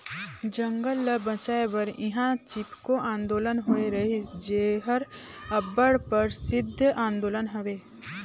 जंगल ल बंचाए बर इहां चिपको आंदोलन होए रहिस जेहर अब्बड़ परसिद्ध आंदोलन हवे